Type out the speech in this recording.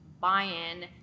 buy-in